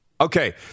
Okay